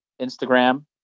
Instagram